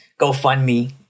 GoFundMe